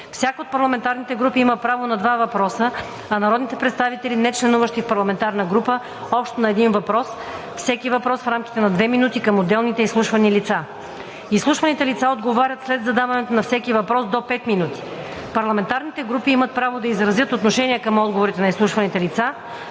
Всяка от парламентарните групи има право на 2 въпроса, а народните представители, нечленуващи в парламентарна група – общо на един въпрос, всеки въпрос в рамките на 2 минути към отделните изслушвани лица. Изслушваните лица отговарят след задаването на всеки въпрос до 5 минути. Парламентарните групи имат право да изразят отношение към отговорите на изслушваните лица